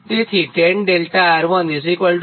તેથી tan 𝛿𝑅10